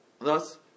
Thus